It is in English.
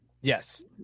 Yes